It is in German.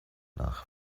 nach